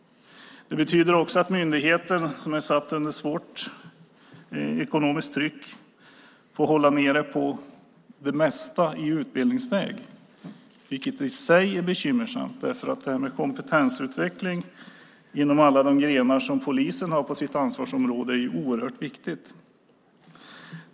Det betyder också att myndigheten, som är satt under hårt ekonomiskt tryck, får hålla ned det mesta i utbildningsväg vilket i sig är bekymmersamt, därför att det här med kompetensutveckling inom alla de grenar som polisen har på sitt ansvarsområde är oerhört viktigt.